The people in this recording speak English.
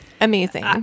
amazing